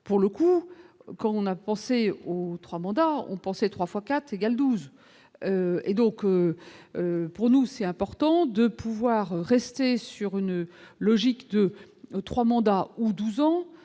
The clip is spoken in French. pour le coup, quand on a pensé ou 3 mandats, on pensait 3 fois 4 égale 12 et donc pour nous c'est important de pouvoir rester sur une logique de 3 mandats ou 12 ans